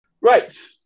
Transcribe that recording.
Right